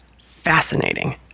fascinating